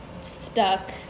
stuck